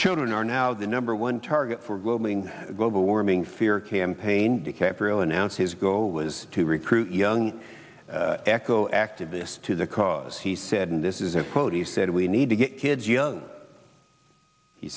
children are now the number one target for glomming global warming fear campaign dicaprio announced his goal was to recruit young eco activists to the cause he said and this is a he said we need to get kids young